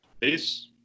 Peace